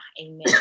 Amen